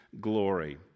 glory